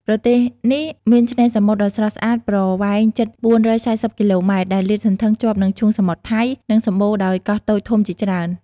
ប្រទេសនេះមានឆ្នេរសមុទ្រដ៏ស្រស់ស្អាតប្រវែងជិត ៤៤០ គីឡូម៉ែត្រ ដែលលាតសន្ធឹងជាប់នឹងឈូងសមុទ្រថៃ និងសម្បូរដោយកោះតូចធំជាច្រើន។